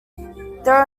there